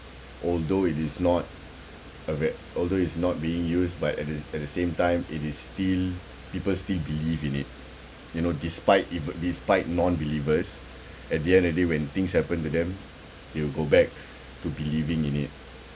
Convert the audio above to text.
although it is not a bad although it's not being used by at the at the same time it is still people still believe in it you know despite eve~ despite non believers at the end of the day when things happen to them they will go back to believing in it